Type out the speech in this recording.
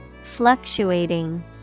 Fluctuating